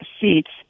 seats